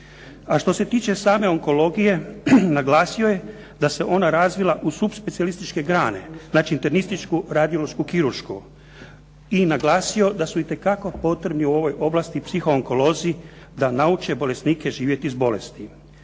A što se tiče same onkologije naglasio je da se ona razvila u subspecijalističke grane, znači internističku, radiološku, kiruršku. I naglasio da su itekako potrebni u ovoj ovlasti psihoonkolozi da nauče bolesnike živjeti s bolesti.